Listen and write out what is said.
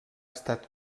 estat